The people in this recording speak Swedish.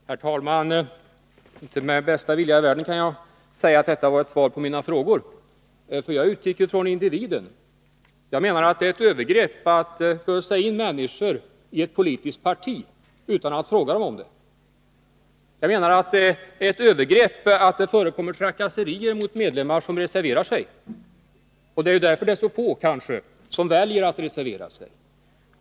Herr talman! Inte med bästa vilja i världen kan jag säga att detta var ett svar på mina frågor. Jag utgick från individen. Jag menar att det är ett övergrepp att fösa in människor i ett politiskt parti utan att fråga dem om det. Jag menar att det är ett övergrepp att det förekommer trakasserier mot medlemmar som reserverar sig. Det kanske är därför det är så få som väljer att reservera sig.